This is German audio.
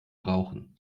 brauchen